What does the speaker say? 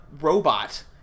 robot